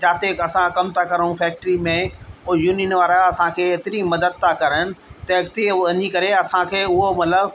जिते बि असां कमु था करूं फ़ैक्ट्री में पोइ यूनियन वारा असांखे एतिरी मदद था करनि त अॻिते उहो वञी करे असांखे उहो मतलबु